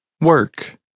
Work